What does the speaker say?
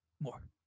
More